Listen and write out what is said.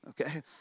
okay